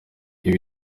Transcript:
iba